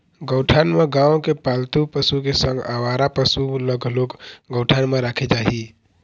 गौठान म गाँव के पालतू पशु के संग अवारा पसु ल घलोक गौठान म राखे जाही